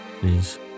please